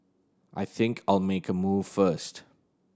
I think I'll make a move first